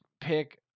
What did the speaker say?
pick